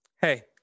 hey